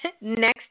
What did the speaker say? next